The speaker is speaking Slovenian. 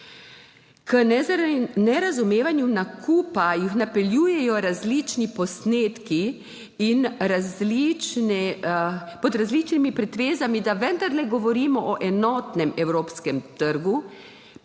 K nerazumevanju nakupa jih napeljujejo različni posnetki pod različnimi pretvezami, da vendarle govorimo o enotnem evropskem trgu,